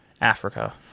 Africa